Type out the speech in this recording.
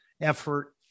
effort